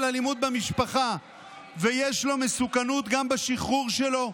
אלימות במשפחה ויש לו מסוכנות גם בשחרור שלו,